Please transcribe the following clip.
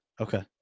Okay